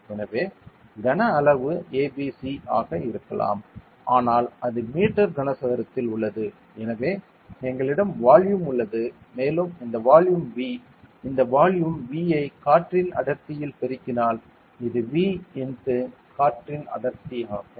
எனவே கன அளவு a b c ஆக இருக்கலாம் ஆனால் அது மீட்டர் கனசதுரத்தில் உள்ளது எனவே எங்களிடம் வால்யூம் உள்ளது மேலும் இந்த வால்யூம் V இந்த வால்யூம் V ஐ காற்றின் அடர்த்தியில் பெருக்கினால் இது V x காற்றின் அடர்த்தி ஆகும்